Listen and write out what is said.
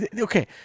Okay